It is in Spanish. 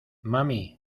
mami